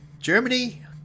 Germany